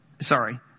Sorry